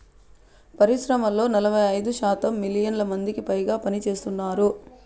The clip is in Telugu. పరిశ్రమల్లో నలభై ఐదు శాతం మిలియన్ల మందికిపైగా పనిచేస్తున్నారు